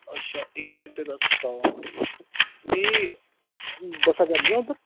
ਅੱਛਾ ਇੱਕ ਘੰਟੇ ਦਾ ਰਸਤਾ ਵਾ ਨਹੀਂ ਬੱਸਾਂ ਜਾਂਦੀਆਂ ਉੱਧਰ